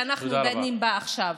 שאנחנו דנים בה עכשיו,